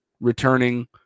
returning